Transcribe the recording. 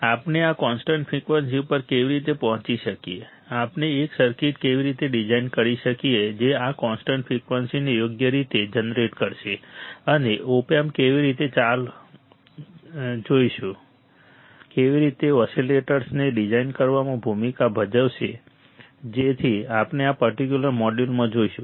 આપણે આ constant frequency ઉપર કેવી રીતે પહોંચી શકીએ આપણે એક સર્કિટ કેવી રીતે ડિઝાઇન કરી શકીએ જે આ કોન્સ્ટન્ટ ફ્રિકવન્સીને યોગ્ય રીતે જનરેટ કરશે અને ઓપ એમ્પ કેવી રીતે ઓસીલેટર્સને ડિઝાઇન કરવામાં ભૂમિકા ભજવશે જેથી આપણે આ પર્ટિક્યુલર મોડ્યુલમાં જોઈશું